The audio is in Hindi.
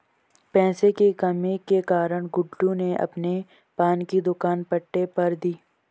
पैसे की कमी के कारण गुड्डू ने अपने पान की दुकान पट्टे पर दी